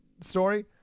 story